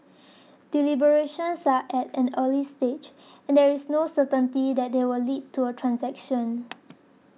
deliberations are at an early stage and there is no certainty that they will lead to a transaction